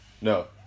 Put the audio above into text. No